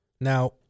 Now